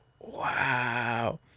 wow